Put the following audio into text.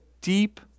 deep